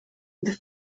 this